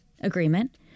agreement